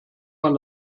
man